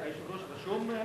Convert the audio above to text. היושב-ראש, אני רשום?